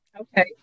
Okay